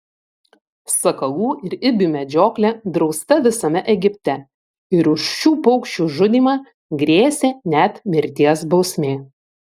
sakalų ir ibių medžioklė drausta visame egipte ir už šių paukščių žudymą grėsė net mirties bausmė